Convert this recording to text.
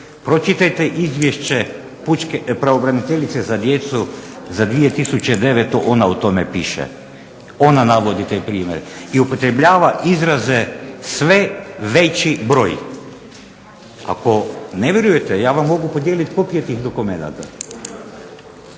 Pročitajte izvješće pravobraniteljice za djecu za 2009., ona o tome piše, ona navodi te primjere, i upotrebljava izraze sve veći broj. Ako ne vjerujete ja vam mogu podijeliti kopije tih dokumenata.